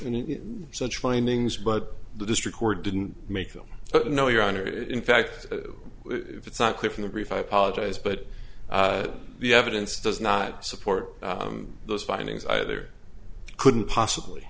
and such findings but the district court didn't make them but no your honor it in fact if it's not clear from the brief i apologize but the evidence does not support those findings either couldn't possibly